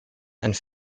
and